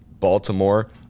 Baltimore